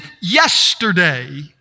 yesterday